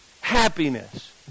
happiness